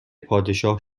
پادشاه